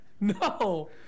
No